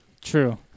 True